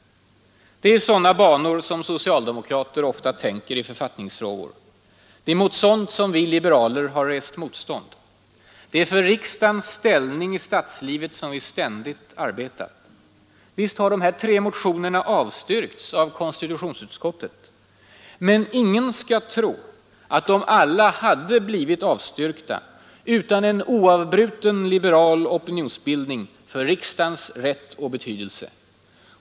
Det är i sådana banor som socialdemokrater ofta tänker i författningsfrågor. Det är mot sådant som vi liberaler har rest motstånd. Det är för riksdagens ställning i statslivet som vi ständigt arbetat. Visst har de här tre motionerna avstyrkts av konstitutionsutskottet. Men ingen skall tro att de alla hade blivit avstyrkta utan en oavbruten liberal opinionsbildning för riksdagens rätt och betydelse.